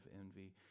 envy